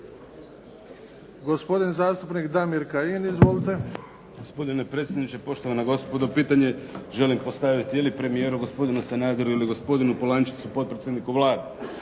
Gospodin zastupnik Damir Kajin. Izvolite. **Kajin, Damir (IDS)** Gospodine predsjedniče, poštovana gospodo pitanje želim postaviti ili premijeru gospodinu Sanaderu ili gospodinu Polančecu potpredsjedniku Vlade.